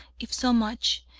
if so much,